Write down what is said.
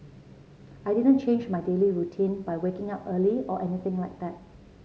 I didn't change my daily routine by waking up early or anything like that